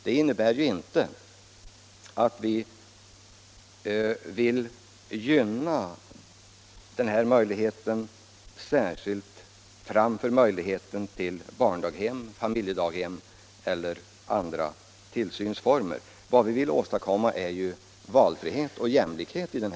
Det innebär inte att vi vill gynna den här möjligheten framför 29 möjligheten till plats på barndaghem och familjedaghem eller andra tillsynsformer. Vad vi vill åstadkomma är valfrihet och jämlikhet på området.